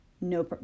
no